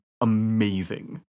Amazing